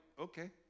okay